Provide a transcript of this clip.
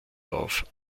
auf